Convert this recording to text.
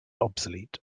obsolete